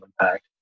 impact